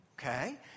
okay